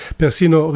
persino